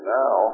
now